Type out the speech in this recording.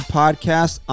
podcast